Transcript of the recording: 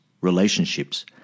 relationships